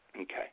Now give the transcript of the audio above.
Okay